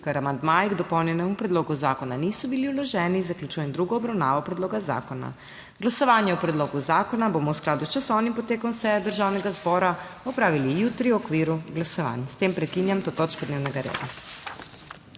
Ker amandmaji k dopolnjenemu predlogu zakona niso bili vloženi, zaključujem drugo obravnavo predloga zakona. Glasovanje o predlogu zakona bomo v skladu s časovnim potekom seje Državnega zbora opravili jutri, v okviru glasovanj. S tem prekinjam to točko dnevnega reda.